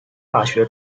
大学